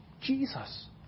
Jesus